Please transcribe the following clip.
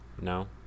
No